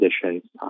conditions